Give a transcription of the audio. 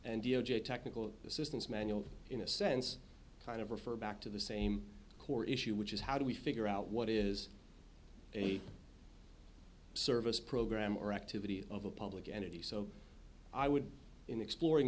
and d o j technical assistance manual in a sense kind of refer back to the same core issue which is how do we figure out what is a service program or activity of a public entity so i would in exploring